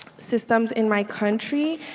systems in my country.